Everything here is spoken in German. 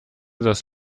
das